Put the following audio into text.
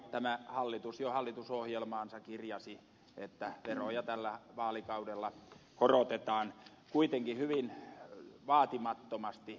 tämä hallitus kirjasi jo hallitusohjelmaansa että veroja tällä vaalikaudella korotetaan kuitenkin hyvin vaatimattomasti